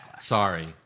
Sorry